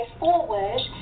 forward